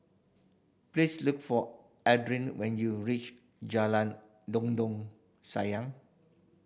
please look for when you reach Jalan Dondang Sayang